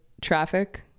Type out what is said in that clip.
traffic